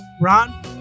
Ron